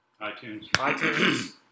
iTunes